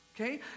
Okay